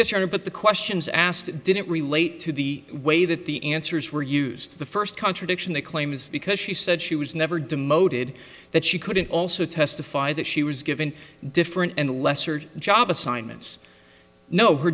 year but the questions asked didn't relate to the way that the answers were used the first contradiction they claim is because she said she was never demoted that she couldn't also testify that she was given different and lesser job assignments no her